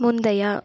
முந்தைய